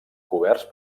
coberts